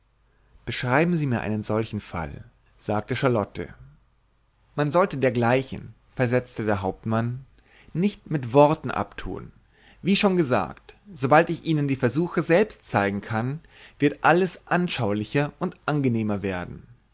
beschreiben sie mir einen solchen fall sagte charlotte man sollte dergleichen versetzte der hauptmann nicht mit worten abtun wie schon gesagt sobald ich ihnen die versuche selbst zeigen kann wird alles anschaulicher und angenehmer werden